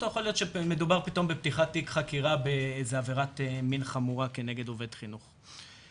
ויכול להיות שמדובר בפתיחת תיק בעבירת מין חמורה כנגד עובד חינוך.